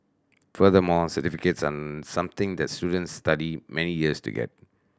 furthermore certificates are something that students study many years to get